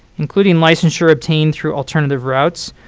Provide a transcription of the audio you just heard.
including licensure obtained through alternative routes,